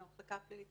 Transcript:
מהמחלקה הפלילית,